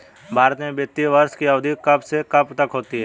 भारत में वित्तीय वर्ष की अवधि कब से कब तक होती है?